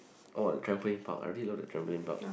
oh the trampling park I really love the trampling park